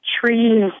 trees